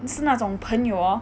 是那种朋友 hor